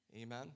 Amen